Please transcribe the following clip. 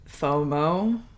FOMO